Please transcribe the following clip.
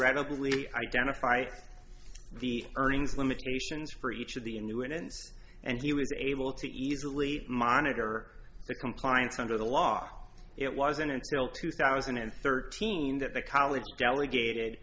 readily identify the earnings limitations for each of the new events and he was able to easily monitor the compliance under the law it wasn't until two thousand and thirteen that the college delegated